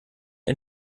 ein